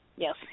Yes